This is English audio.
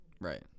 Right